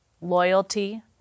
loyalty